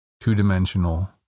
two-dimensional